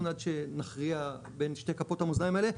עד שנכריע בין שתי כפות המאזניים האלה,